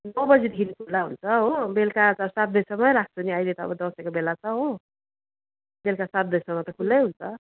नौ बजीदेखि खुल्ला हुन्छ हो बेलुका त सात बजीसम्म राख्छु नि अहिले त अब दसैँको बेला छ हो बेलुका सात बजीसम्म त खुल्लै हुन्छ